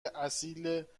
اصیل